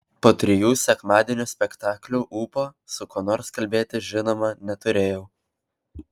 po trijų sekmadienio spektaklių ūpo su kuo nors kalbėtis žinoma neturėjau